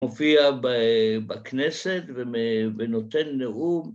‫הוא מופיע בכנסת ומ.. ונותן נאום.